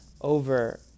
over